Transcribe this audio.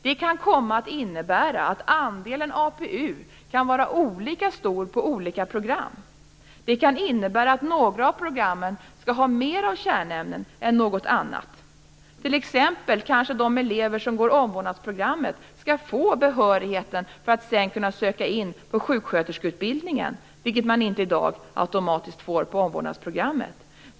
Det kan komma att innebära att andelen APU kan vara olika stor på olika program. Det kan innebära att några av programmen skall ha mera av kärnämnen än något annat. Kanske de elever som t.ex. går omvårdnadsprogrammet skall få behörigheten att sedan söka in på sjuksköterskeutbildning, vilket man i dag inte får automatiskt på omvårdnadsprogrammet.